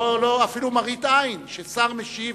אפילו מראית עין של שר משיב.